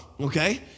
okay